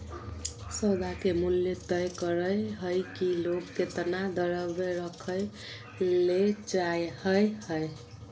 सौदा के मूल्य तय करय हइ कि लोग केतना द्रव्य रखय ले चाहइ हइ